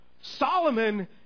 Solomon